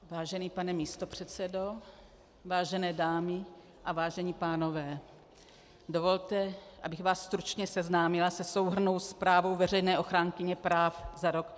Vážený pane místopředsedo, vážené dámy a vážení pánové, dovolte, abych vás stručně seznámila se Souhrnnou zprávou veřejné ochránkyně práv za rok 2014.